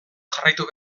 jarraitu